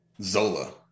Zola